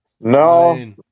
No